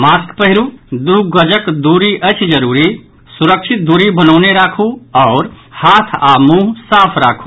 mask पहिरू दू गजक दूरी अछि जरूरी सुरक्षित दूरी बनौने राखू आओर हाथ आ मुंह साफ राखु